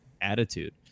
attitude